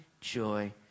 joy